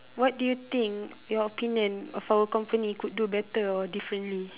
what do you think your opinion of our company could do better or differently